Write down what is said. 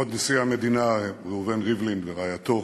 כבוד נשיא המדינה ראובן ריבלין ורעייתו,